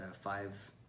five